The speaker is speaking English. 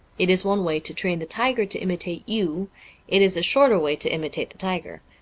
it is one way to train the tiger to imitate you it is a shorter way to imitate the tiger.